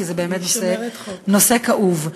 כי זה באמת נושא כאוב.